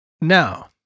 Now